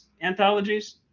anthologies